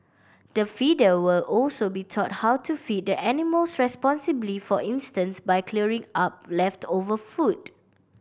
the feeder will also be taught how to feed the animals responsibly for instance by clearing up leftover food